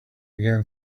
again